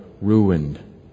ruined